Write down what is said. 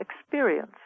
experience